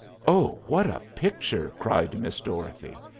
oh, what a picture! cried miss dorothy.